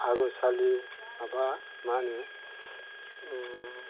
आगोनसालि माबा मा होनो